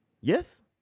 Yes